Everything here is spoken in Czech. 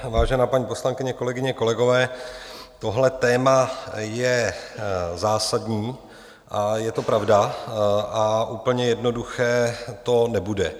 Vážená paní poslankyně, kolegyně, kolegové, tohle téma je zásadní, je to pravda a úplně jednoduché to nebude.